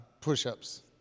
Push-ups